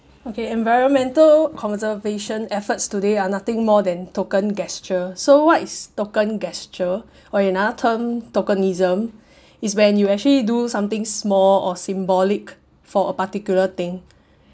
okay environmental conservation efforts today are nothing more than token gesture so what is token gesture or another term tokenism is when you actually do something small or symbolic for a particular thing